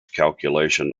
calculation